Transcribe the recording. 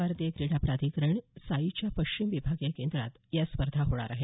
भारतीय क्रीडा प्राधिकरण साईच्या पश्चिम विभागीय केंद्रात या स्पर्धा होणार आहेत